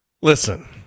Listen